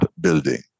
building